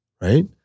Right